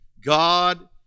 God